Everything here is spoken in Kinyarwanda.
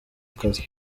akazi